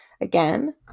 Again